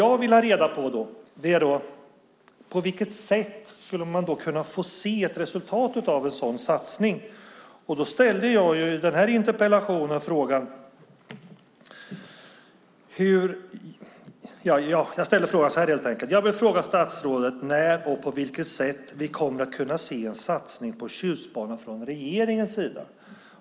Jag vill veta på vilket sätt man kan få se ett resultat av en sådan satsning. Jag ställde i min interpellation frågan om när och på vilket sätt vi kommer att kunna se en satsning på Tjustbanan från regeringens sida.